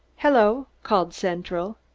hello! called central.